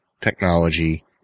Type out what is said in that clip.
technology